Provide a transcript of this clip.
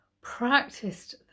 practiced